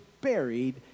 buried